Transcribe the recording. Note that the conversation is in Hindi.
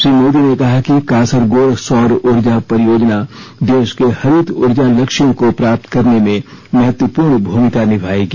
श्री मोदी ने कहा कि कासरगोड सौर ऊर्जा परियोजना को देश के हरित ऊर्जा लक्ष्यों को प्राप्त करने में महत्वपूर्ण भूमिका निभाएगी